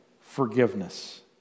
forgiveness